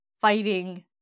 fighting